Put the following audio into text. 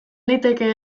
liteke